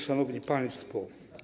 Szanowni Państwo!